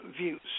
views